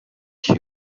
提供